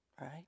Right